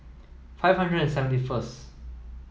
five hundred and seventy first